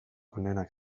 onenak